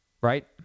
right